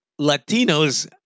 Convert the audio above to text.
Latinos